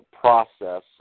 process